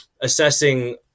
assessing